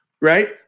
Right